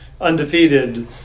undefeated